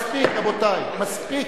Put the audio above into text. מספיק, רבותי, מספיק.